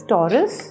Taurus